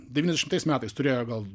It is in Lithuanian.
devyniasdešimtais metais turėjo gal